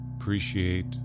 appreciate